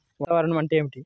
వాతావరణం అంటే ఏమిటి?